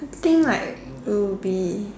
I think like it will be